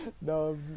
no